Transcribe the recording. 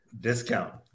Discount